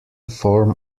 form